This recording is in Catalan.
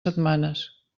setmanes